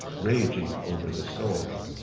raging over the soil,